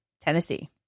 Tennessee